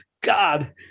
God